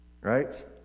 right